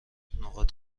نقاط